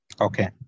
Okay